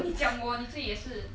你讲我你自己也是